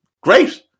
great